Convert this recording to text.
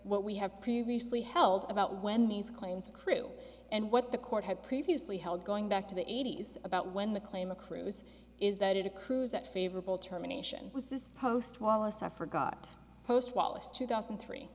what we have previously held about when these claims crew and what the court had previously held going back to the eighty's about when the claim accrues is that it accrues at favorable terminations was this post wallace i forgot post wallace two thousand and three